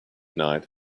night